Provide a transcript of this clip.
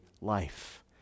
life